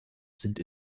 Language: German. sind